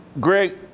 Greg